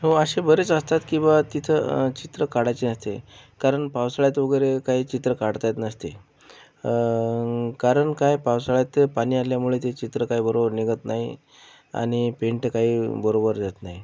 हो असे बरेच असतात की बुवा तिथं चित्र काढायचे होते कारण पावसाळ्यात वगैरे काही चित्र काढता येत नसते कारण काय पावसाळ्यात ते पाणी आल्यामुळे ते चित्र काय बरोबर निघत नाई आणि पेंटं काही बरोबर येत नाही